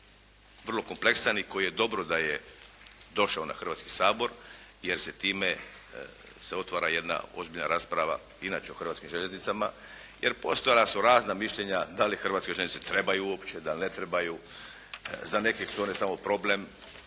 vrlo kompleksan i koji je dobro da je došao na Hrvatski sabor jer se time se otvara jedna ozbiljna rasprava inače u Hrvatskim željeznicama. Jer postojala su razna mišljenja da li Hrvatske željeznice trebaju uopće, da li ne trebaju? Za neke su one samo problem.